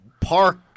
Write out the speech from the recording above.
park